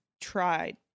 tried